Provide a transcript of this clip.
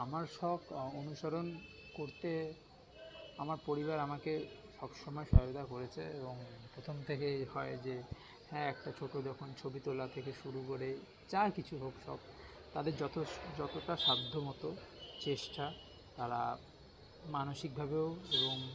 আমার সব অনুসরণ করতে আমার পরিবার আমাকে সব সময় সহযোগিতা করেছে এবং প্রথম থেকেই হয় যে হ্যাঁ একটা ছোট দোকান ছবি তোলা থেকে শুরু করে যা কিছু হোক সব তাদের যতটা সাধ্যমতো চেষ্টা তারা মানসিকভাবেও এবং